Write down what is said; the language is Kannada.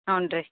ಹ್ಞೂಂ ರೀ